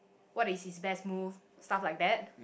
what is his best move stuff like that